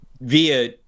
via